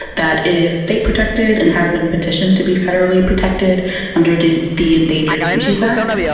that is state protected and has been petitioned to be federally protected under the the endangered species act.